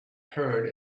heard